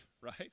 right